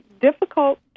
difficult